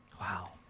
Wow